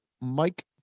Mike